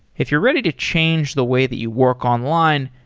if you're ready to change the way that you work online,